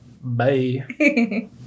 Bye